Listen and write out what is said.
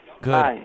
Good